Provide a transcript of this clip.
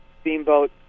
Steamboat